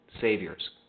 Saviors